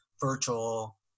virtual